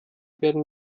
werden